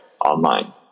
online